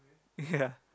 ya